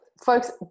Folks